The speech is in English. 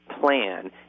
plan